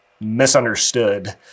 misunderstood